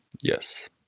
yes